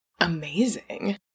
Amazing